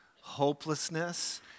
hopelessness